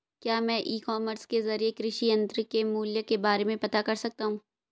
क्या मैं e commerce के ज़रिए कृषि यंत्र के मूल्य के बारे में पता कर सकता हूँ?